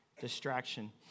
distraction